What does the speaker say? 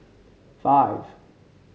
five